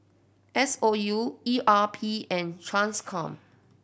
S O U E R P and Transcom